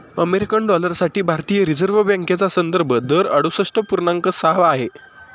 American dollar साठी भारतीय reserve बँकेचा संदर्भ दर अडुसष्ठ पूर्णांक सहा आहे